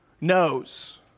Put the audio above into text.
knows